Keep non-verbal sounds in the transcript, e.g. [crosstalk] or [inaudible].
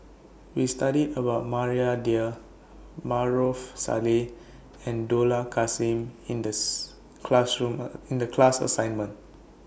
We studied about Maria Dyer Maarof Salleh and Dollah Kassim in This classroom [hesitation] in The class assignment